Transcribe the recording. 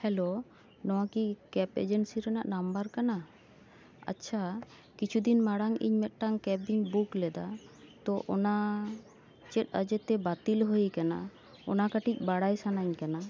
hello ᱱᱚᱣᱟ ᱠᱤ cab agency ᱨᱮᱱᱟᱜ ᱱᱟᱢᱵᱟᱨ ᱠᱟᱱᱟ ᱟᱪᱪᱷᱟ ᱠᱤᱪᱷᱩ ᱫᱤᱱ ᱢᱟᱲᱟᱝ ᱤᱧ ᱢᱤᱫᱴᱟᱝ ᱠᱮᱯ ᱤᱧ ᱵᱩᱠ ᱞᱮᱫᱟ ᱛᱳ ᱚᱱᱟ ᱪᱮᱫ ᱚᱡᱮ ᱛᱮ ᱵᱟᱹᱛᱤᱞ ᱦᱩᱭ ᱟᱠᱟᱱᱟ ᱚᱱᱟ ᱠᱟᱹᱴᱤᱡ ᱵᱟᱲᱟᱭ ᱥᱟᱱᱟᱧ ᱠᱟᱱᱟ